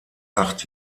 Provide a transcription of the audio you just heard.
acht